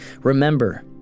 Remember